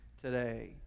today